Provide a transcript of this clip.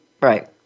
Right